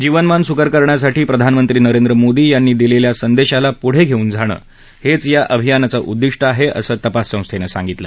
जीवनमान सुकर करण्यासाठी प्रधानमंत्री नरेंद्र मोदी यांनी दिलेल्या संदेशाला पुढे घेऊन जाणं हेच या अभियानाचं उद्दिष्ट आहे असं तपास संस्थेनं सांगितलं